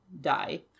die